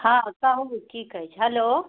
हँ कहू की कहै छिऐ हेलो